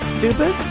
stupid